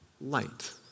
light